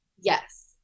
Yes